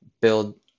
build